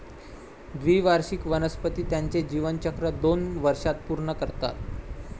द्विवार्षिक वनस्पती त्यांचे जीवनचक्र दोन वर्षांत पूर्ण करतात